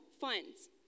funds